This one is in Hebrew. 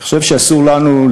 אני חושב שאסור לנו,